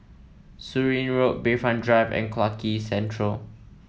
Surin Road Bayfront Drive and Clarke Quay Central